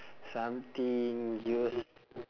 something use~